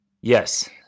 Yes